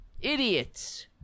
idiots